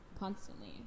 constantly